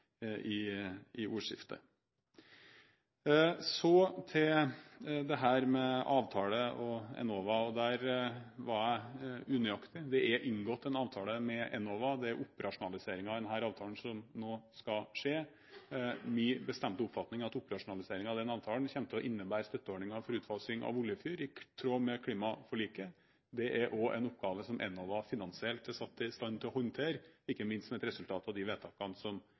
delta i ordskiftet. Så til dette med avtale og Enova. Der var jeg unøyaktig. Det er inngått en avtale med Enova, det er operasjonaliseringen av denne avtalen som nå skal skje. Min bestemte oppfatning er at operasjonaliseringen av den avtalen kommer til å innebære støtteordninger for utfasing av oljefyring, i tråd med klimaforliket. Det er også en oppgave som Enova finansielt er satt i stand til å håndtere, ikke minst som et resultat av de vedtakene som